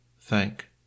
thank